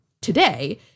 today